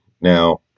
Now